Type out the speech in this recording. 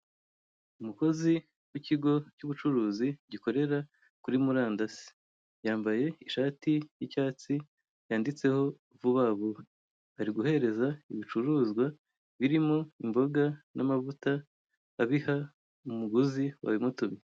Umukozi w'ikigo cy'ubucuruzi gikorera kuri murandasi, yambaye ishati y'icyatsi yanditseho vuba vuba, ari guhereza ibicuruzwa birimo imboga n'amavuta abiha umuguzi wabimutumye.